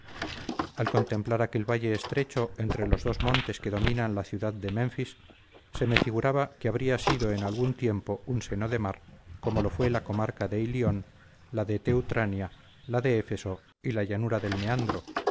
al contemplar aquel valle estrecho entre los dos montes que dominan la ciudad de menfis se me figuraba que habría sido en algún tiempo un seno de mar como lo fue la comarca de ilión la de teutrania la de éfeso y la llanura del meandro